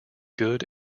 good